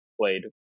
played